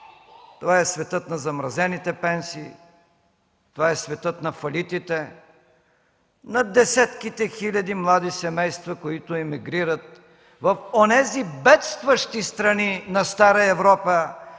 Това е светът на замразените пенсии, това е светът на фалитите, на десетките хиляди млади семейства, които емигрират в онези бедстващи страни на стара Европа,